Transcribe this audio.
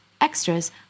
extras